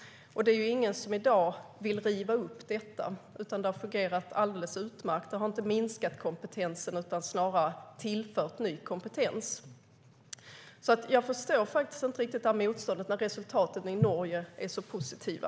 Det är ingen som i dag vill riva upp detta. Det har fungerat alldeles utmärkt; det har inte minskat kompetensen utan snarare tillfört ny kompetens. Jag förstår alltså faktiskt inte riktigt det här motståndet, när resultaten i Norge är så positiva.